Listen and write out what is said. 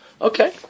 Okay